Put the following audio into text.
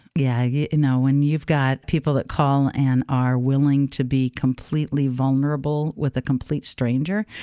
yeah. you know, when you've got people that call and are willing to be completely vulnerable with a complete stranger.